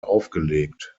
aufgelegt